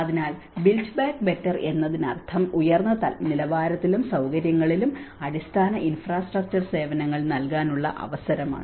അതിനാൽ build back better എന്നതിനർത്ഥം ഉയർന്ന നിലവാരത്തിലും സൌകര്യങ്ങളിലും അടിസ്ഥാന ഇൻഫ്രാസ്ട്രക്ചർ സേവനങ്ങൾ നൽകാനുള്ള അവസരമാണ്